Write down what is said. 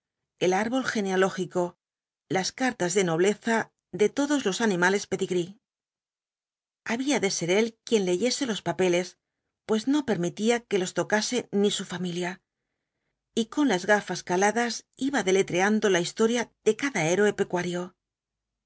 el árbol genealógico las cartas de nobleza de todos los animales pedigrée habííf de ser él quien leyese los pálpeles pues no permitía que los tocase ni su familia y con las gafas caladas iba deletreando la historia de cada héroe